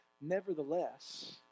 nevertheless